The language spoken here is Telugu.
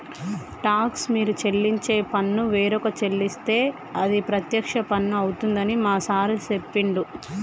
టాక్స్ మీరు చెల్లించే పన్ను వేరొక చెల్లిస్తే అది ప్రత్యక్ష పన్ను అవుతుందని మా సారు చెప్పిండు